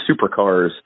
supercars